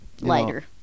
Lighter